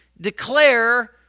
declare